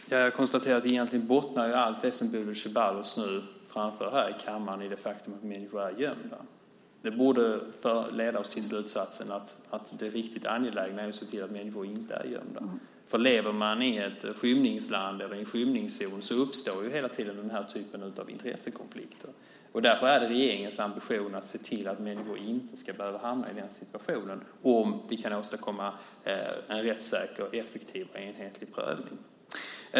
Fru talman! Jag konstaterar att allt det som Bodil Ceballos nu framför här i kammaren egentligen bottnar i det faktum att människor är gömda. Det borde leda oss till slutsatsen att det riktigt angelägna är att se till att människor inte är gömda. Om man lever i en skymningszon uppstår hela tiden denna typ av intressekonflikter. Därför är det regeringens ambition att se till att människor inte ska behöva hamna i den situationen om vi kan åstadkomma en rättssäker, effektiv och enhetlig prövning.